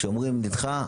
כשאומרים נדחה,